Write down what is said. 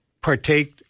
partake